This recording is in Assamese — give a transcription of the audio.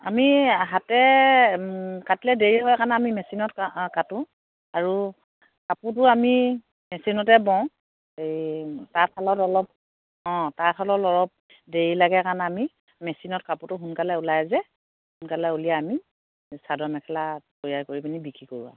আমি হাতে কাটিলে দেৰি হয় কাৰণে মেচিনত কা কাটো আৰু কাপোৰটো আমি মেচিনতে বওঁ এই তাঁতশালত অলপ অ' তাঁতশালত অলপ দেৰি লাগে কাৰণে আমি মেচিনত কাপৰটো সোনকালে ওলাই যে সোনকালে উলিয়াই আমি চাদৰ মেখেলা তৈয়াৰ কৰি পিনে বিক্ৰী কৰো আৰু